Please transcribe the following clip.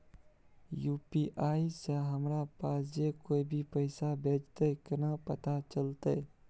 UPI से हमरा पास जे कोय भी पैसा भेजतय केना पता चलते?